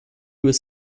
was